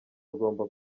rugomba